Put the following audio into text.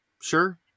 sure